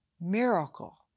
miracle